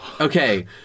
Okay